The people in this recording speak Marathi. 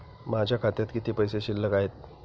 माझ्या खात्यात किती पैसे शिल्लक आहेत?